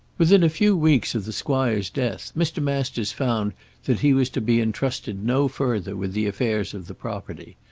within a few weeks of the squire's death mr. masters found that he was to be entrusted no further with the affairs of the property,